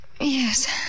yes